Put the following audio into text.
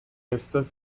estas